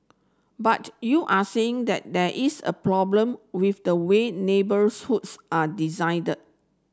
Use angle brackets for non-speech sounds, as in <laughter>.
but you are saying that there is a problem with the way neighbour's hoods are <unintelligible>